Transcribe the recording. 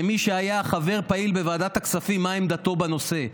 כמי שהיה חבר פעיל בוועדת הכספים, מה עמדתך בנושא.